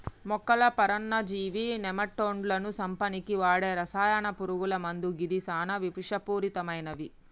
మొక్కల పరాన్నజీవి నెమటోడ్లను సంపనీకి వాడే రసాయన పురుగుల మందు గిది సానా విషపూరితమైనవి